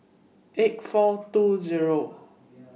eight four two Zero